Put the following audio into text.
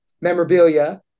Memorabilia